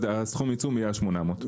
הסכום עיצום יהיה על 800 אלף.